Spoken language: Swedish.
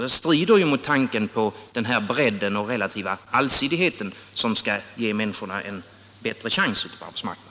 Det strider ju mot tanken på den här bredden och relativa allsidigheten som skall ge människorna en bättre chans ute på arbetsmarknaden.